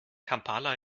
kampala